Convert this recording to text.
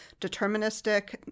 deterministic